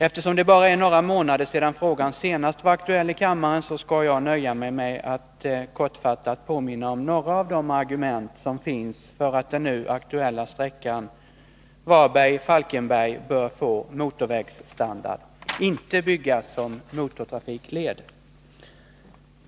Eftersom det bara är några månader sedan frågan senast var aktuell i kammaren, skall jag nöja mig med att kortfattat påminna om några av de argument som finns för att den nu aktuella sträckan mellan Varberg och Falkenberg bör få motorvägsstandard och inte byggas som motortrafikled.